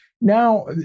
Now